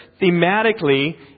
thematically